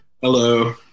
Hello